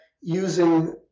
using